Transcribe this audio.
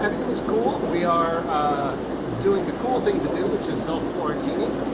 everything is cool. we are doing the cool thing to do, which is self-quarantining,